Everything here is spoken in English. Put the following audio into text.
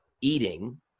eating